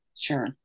Sure